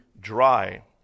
dry